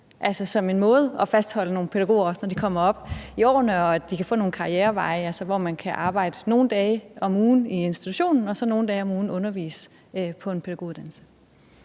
som en måde at fastholde nogle pædagoger, også når de kommer op i årene, og at de kan få nogle karriereveje, hvor man kan arbejde nogle dage om ugen i institutionen og nogle dage om ugen undervise på en pædagoguddannelse.